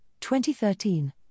2013